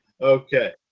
Okay